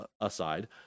aside